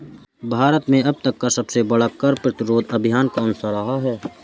भारत में अब तक का सबसे बड़ा कर प्रतिरोध अभियान कौनसा रहा है?